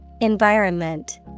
Environment